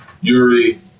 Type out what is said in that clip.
Yuri